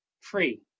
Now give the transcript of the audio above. free